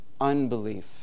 unbelief